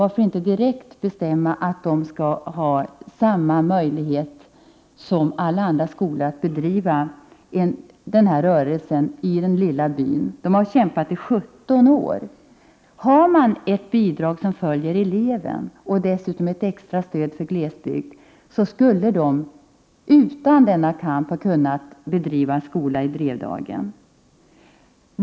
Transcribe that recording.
Varför inte direkt bestämma att skolan i den lilla byn Drevdagen skall ha samma möjligheter som alla andra skolor att bedriva undervisning? Människorna där har kämpat i 17 år. Om man har elevrelaterade bidrag och dessutom ett extra glesbygdsstöd, skall det — utan en sådan här kamp — vara möjligt att bedriva skolundervisning i Drevdagen.